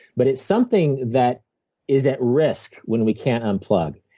but it's something that is at risk when we can't unplug.